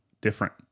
different